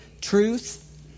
truth